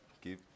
keep